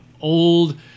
old